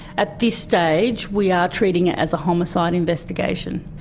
at this stage we are treating it as a homicide investigation.